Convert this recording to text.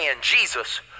Jesus